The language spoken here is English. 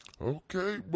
Okay